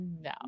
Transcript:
no